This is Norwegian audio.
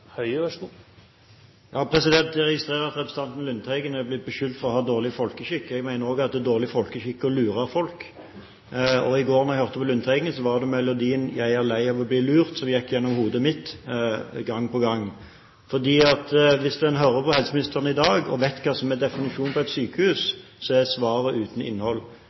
Lundteigen er blitt beskyldt for å ha dårlig folkeskikk. Jeg mener at dårlig folkeskikk også er å lure folk, og i går da jeg hørte på Lundteigen, var det melodien «Jeg er lei av å bli lurt» som gikk gjennom hodet mitt gang på gang. Hvis en hører på helseministeren i dag – og vet hva som er definisjonen på et sykehus – er svaret uten innhold.